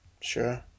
Sure